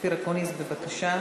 אופיר אקוניס, בבקשה.